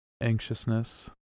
anxiousness